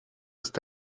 ist